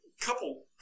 couple –